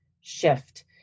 shift